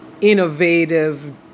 innovative